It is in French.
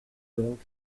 donc